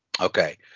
Okay